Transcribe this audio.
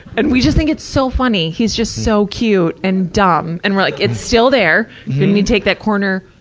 and we just think it's so funny. he's just so cute and dumb. and we're like, it's still there. can you take that corner,